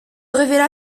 révéla